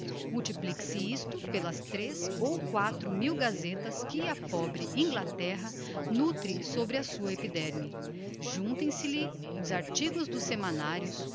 a irlanda multiplique se isto pelas tres ou quatro mil gazetas que a pobre inglaterra nutre sobre a sua epiderme juntem se lhe os artigos dos